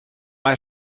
mae